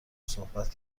صحبت